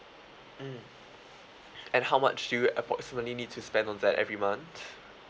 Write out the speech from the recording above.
mm and how much do you approximately need to spend on that every month